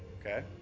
Okay